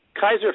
Kaiser